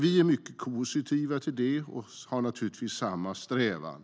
Vi är mycket positiva till det och har givetvis samma strävan.